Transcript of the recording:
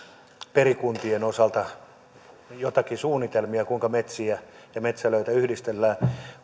perikuntien osalta joitakin suunnitelmia kuinka metsiä ja metsälöitä yhdistellään